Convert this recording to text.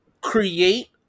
create